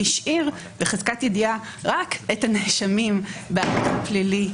והשאיר בחזקת ידיעה רק את הנאשמים בפלילי,